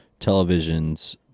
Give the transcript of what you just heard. televisions